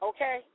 Okay